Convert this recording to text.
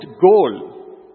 goal